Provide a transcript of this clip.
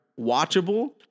watchable